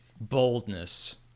boldness